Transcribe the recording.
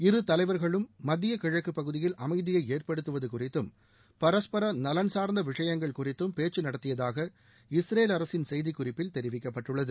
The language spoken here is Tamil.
இரு தலைவர்களும் மத்திய கிழக்குப் பகுதியில் அமைதியை ஏற்படுத்துவது குறித்தும் பரஸ்பர நலன் சார்ந்த விஷயங்கள் குறித்தும் பேச்சு நடத்தியதாக இஸ்ரேல் அரசின் செய்தி குறிப்பில் தெரிவிக்கப்பட்டுள்ளது